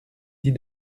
dis